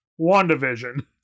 WandaVision